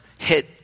hit